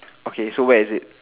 okay so where is it